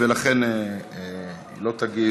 הממשלה תומכת, ולכן היא לא תגיב.